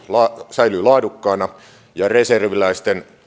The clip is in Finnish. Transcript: säilyy laadukkaana ja reserviläisten